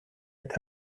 este